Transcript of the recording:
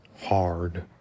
hard